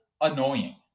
annoying